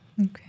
Okay